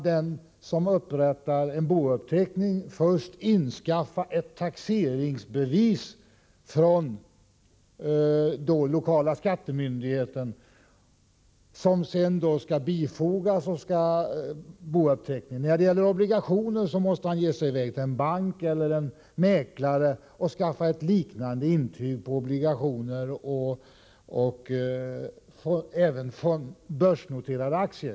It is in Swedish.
Den som upprättar en bouppteckning skall först införskaffa ett taxeringsbevis från den lokala skattemyndigheten som sedan skall bifogas bouppteckningen. När det gäller obligationer och börsnoterade aktier måste man ge sig i väg till en bank eller en mäklare och skaffa ett liknande intyg.